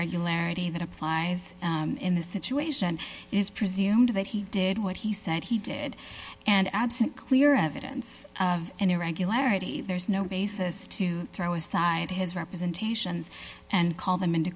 regularity that applies in this situation is presumed that he did what he said he did and absent clear evidence of an irregularity there's no basis to throw aside his representations and call them into